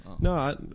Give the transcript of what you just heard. No